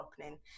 opening